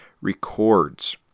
records